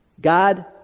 god